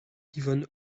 yvonne